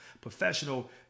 professional